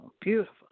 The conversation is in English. beautiful